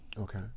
Okay